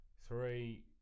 Three